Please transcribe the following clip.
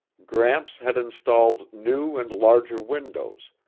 gramps had installed new and larger windows,